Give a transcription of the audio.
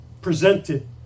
presented